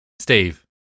steve